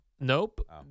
Nope